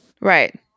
Right